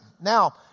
Now